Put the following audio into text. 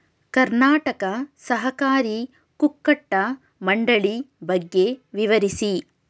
ಕರ್ನಾಟಕ ಸಹಕಾರಿ ಕುಕ್ಕಟ ಮಂಡಳಿ ಬಗ್ಗೆ ವಿವರಿಸಿ?